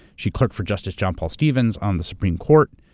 she clerked for justice john paul stevens on the supreme court.